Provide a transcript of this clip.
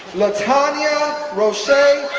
latonya rochea